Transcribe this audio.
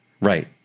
Right